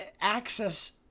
access